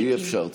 אי-אפשר.